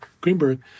Greenberg